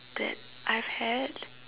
that I've had